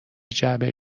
جعبه